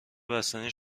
بستنی